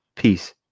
Peace